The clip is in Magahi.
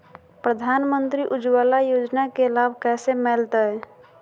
प्रधानमंत्री उज्वला योजना के लाभ कैसे मैलतैय?